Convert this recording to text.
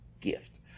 gift